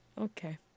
Okay